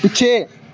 ਪਿੱਛੇ